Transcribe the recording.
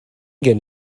gen